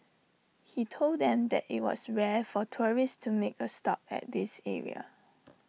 he told them that IT was rare for tourists to make A stop at this area